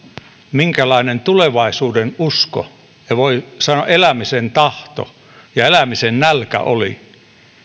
minkälainen tulevaisuudenusko ja voi sanoa elämisen tahto ja elämisen nälkä oli